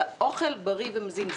אלא אוכל בריא ומזין.